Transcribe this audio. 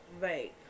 Right